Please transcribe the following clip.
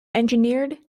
engineered